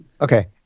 Okay